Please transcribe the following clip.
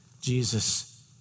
Jesus